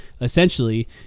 essentially